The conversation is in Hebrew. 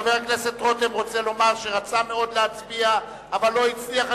חבר הכנסת רותם רוצה לומר שהוא רצה מאוד אבל לא הצליח.